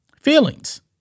feelings